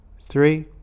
three